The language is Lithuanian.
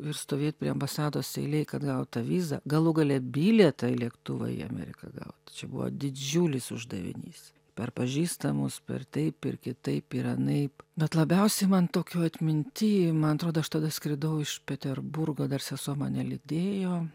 ir stovėt prie ambasados eilėj kad gaut tą vizą galų gale bilietą į lėktuvą į ameriką gaut čia buvo didžiulis uždavinys per pažįstamus per taip ir kitaip ir anaip bet labiausiai man tokio atminty man atrodo aš tada skridau iš peterburgo dar sesuo mane lydėjo